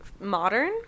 modern